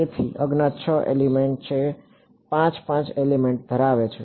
તેથી અજ્ઞાત 6 એલિમેન્ટ છે 5 5 એલિમેન્ટ ધરાવે છે